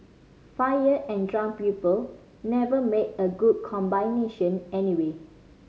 fire and drunk people never make a good combination anyway